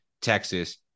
Texas